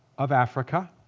of africa,